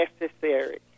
necessary